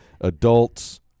adults